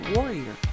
Warrior